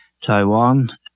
Taiwan